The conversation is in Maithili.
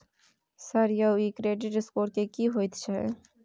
सर यौ इ क्रेडिट स्कोर की होयत छै?